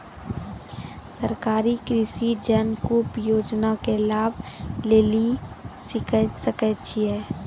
सरकारी कृषि जलकूप योजना के लाभ लेली सकै छिए?